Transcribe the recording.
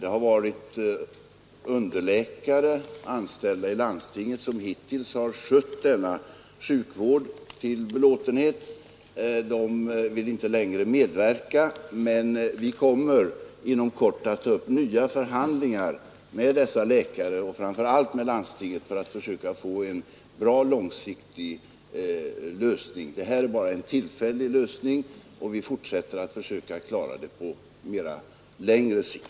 Denna sjukvård har hittills skötts till belåtenhet av underläkare anställda vid landstinget. De vill inte längre medverka, men vi kommer inom kort att ta upp nya förhandlingar med dessa läkare och framför allt med landstinget för att försöka få en bra långsiktig lösning. Detta är bara en tillfällig lösning, och vi fortsätter strävandena att försöka klara problemet på längre sikt.